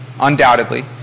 undoubtedly